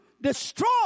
destroy